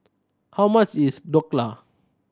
how much is Dhokla